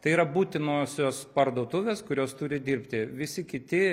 tai yra būtinosios parduotuvės kurios turi dirbti visi kiti